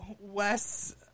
Wes